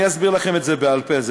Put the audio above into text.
אני אסביר לכם את זה בעל-פה,